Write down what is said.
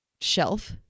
shelf